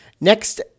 Next